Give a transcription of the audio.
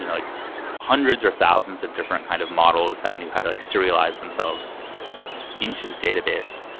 you know like hundreds or thousands of different kind of models that knew how to like serialize themselves into the database.